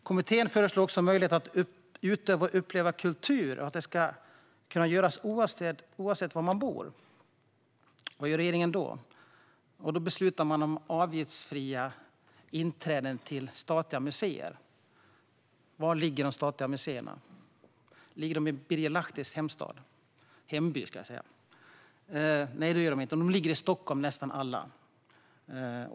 Kommittén föreslår också att möjlighet att utöva och uppleva kultur ska finnas oavsett var man bor. Vad gör regeringen då? Jo, man beslutar om avgiftsfritt inträde till statliga museer. Var ligger de statliga museerna? Ligger de i Birger Lahtis hemby? Nej, det gör de inte; nästan alla ligger i Stockholm.